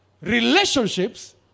relationships